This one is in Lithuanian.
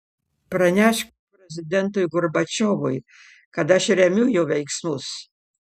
pranešk prezidentui gorbačiovui kad aš remiu jo veiksmus